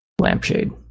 Lampshade